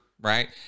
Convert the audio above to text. right